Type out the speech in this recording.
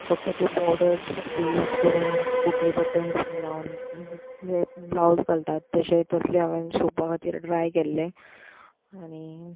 फक्त त्यो बोर्डर्स फक्त यूज करून पोटली बटन बीन लावन म्हणल्या ब्लावज घालतात तशे तसले हांवें शिंवपा खातीर ट्राय केल्ले आनी